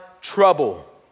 trouble